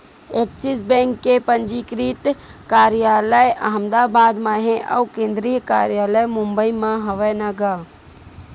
Axis bank के पंजीकृत कारयालय अहमदाबाद म हे अउ केंद्रीय कारयालय मुबई म हवय न गा